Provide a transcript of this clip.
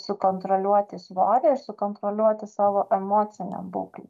sukontroliuoti svorį ir sukontroliuoti savo emocinę būkl